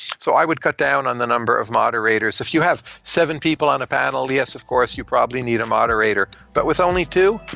so i would cut down on the number of moderators. if you have seven people on a panel, yes, of course, you probably need a moderator. but with only two,